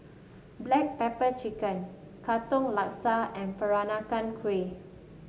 Black Pepper Chicken Katong Laksa and Peranakan Kueh